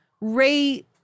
Ray